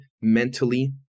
mentally